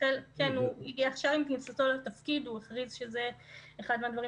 עם היכנסו לתפקיד הוא הכריז שזה אחד הדברים